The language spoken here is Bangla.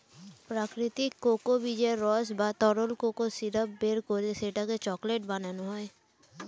প্রাকৃতিক কোকো বীজের রস বা তরল কোকো সিরাপ বের করে সেটাকে চকলেট বানানো হয়